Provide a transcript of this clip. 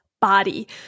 Body